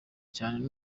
cyane